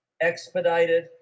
expedited